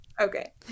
Okay